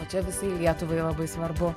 o čia visai lietuvai labai svarbu